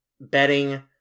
betting